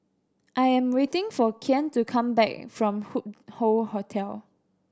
I am waiting for Kian to come back from Hup Hoe Hotel